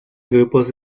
grupos